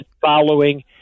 following